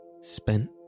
spent